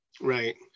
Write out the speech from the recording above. Right